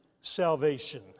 salvation